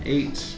Eight